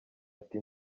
ati